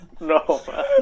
No